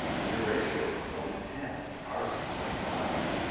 yeah ratio is one to ten. ours is twenty five.